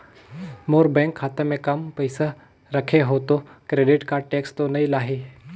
मोर bank खाता मे काम पइसा रखे हो तो क्रेडिट कारड टेक्स तो नइ लाही???